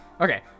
Okay